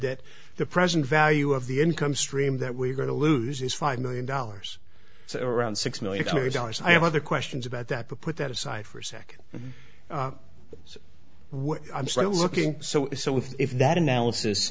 that the present value of the income stream that we're going to lose is five million dollars so around six million dollars i have other questions about that but put that aside for a sec well i'm sort of looking so so if that analysis